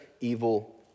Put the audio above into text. evil